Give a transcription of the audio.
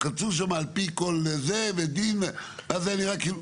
אז כתוב שם על פי כל זה ודין ואז זה נראה כאילו,